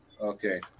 okay